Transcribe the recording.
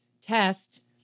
test